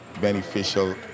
beneficial